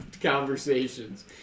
conversations